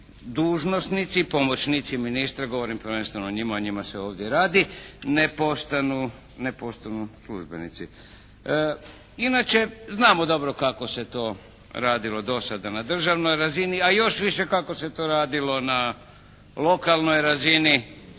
dužnosnici pomoćnici ministra, govorim prvenstveno o njima, o njima se ovdje i radi, ne postanu službenici. Inače znamo dobro kako se to radilo do sada na državnoj razini, a još više kako se to radilo na lokalnoj razini